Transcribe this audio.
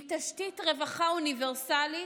עם תשתית רווחה אוניברסלית,